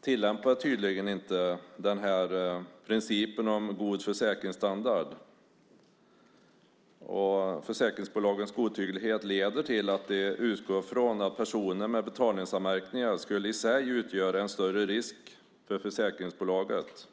tillämpar tydligen inte principen om god försäkringsstandard. Försäkringsbolagens godtycke leder till att det utgås från att personer med betalningsanmärkningar i sig skulle utgöra en större risk för försäkringsbolaget.